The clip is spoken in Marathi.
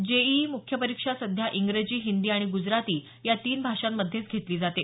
जेईई मुख्य परीक्षा सध्या इंग्रजी हिंदी आणि ग्जराती या तीन भाषांमध्येच घेतली जाते